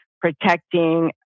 protecting